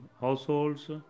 households